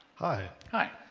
hi. hi.